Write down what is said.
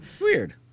Weird